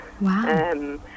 Wow